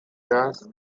gas